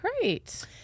great